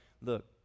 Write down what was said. Look